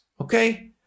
okay